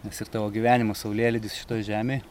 nes ir tavo gyvenimo saulėlydis šitoj žemėj